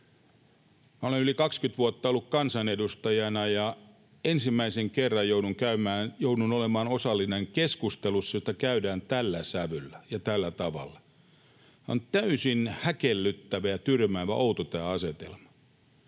Olen yli 20 vuotta ollut kansanedustajana, ja ensimmäisen kerran joudun olemaan osallinen keskustelussa, jota käydään tällä sävyllä ja tällä tavalla. On täysin häkellyttävä, tyrmäävä ja outo tämä asetelma.